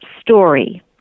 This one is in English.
story